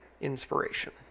inspiration